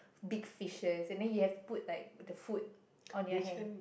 big fishes and then you have to put like the food on your hand